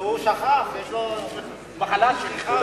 הוא שכח, יש לו מחלת שכחה.